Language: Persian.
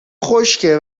خشکه